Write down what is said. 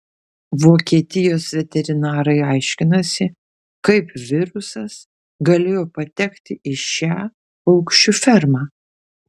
vokietijos veterinarai aiškinasi kaip virusas galėjo patekti į šią paukščių fermą